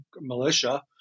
militia